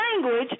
language